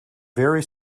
very